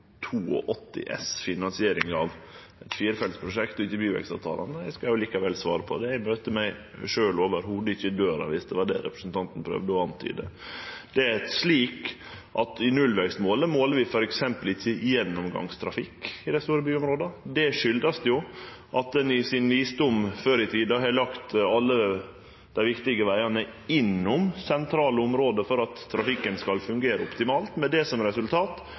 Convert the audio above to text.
S, finansiering av eit firefeltsprosjekt, og ikkje byvekstavtalane. Eg skal likevel svare på det. Eg møter i det heile ikkje meg sjølv i døra dersom det var det representanten prøvde å antyde. Når det gjeld nullvekstmålet, måler vi f.eks. ikkje gjennomgangstrafikk i dei store byområda. Det kjem av at ein i sin visdom før i tida har lagt alle dei viktige vegane innom sentrale område for at trafikken skal fungere optimalt, med det som resultat